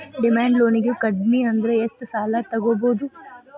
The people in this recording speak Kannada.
ಡಿಮಾಂಡ್ ಲೊನಿಗೆ ಕಡ್ಮಿಅಂದ್ರ ಎಷ್ಟ್ ಸಾಲಾ ತಗೊಬೊದು?